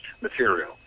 material